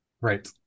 Right